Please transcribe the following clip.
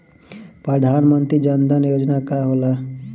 प्रधानमंत्री जन धन योजना का होला?